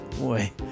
boy